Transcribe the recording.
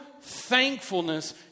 thankfulness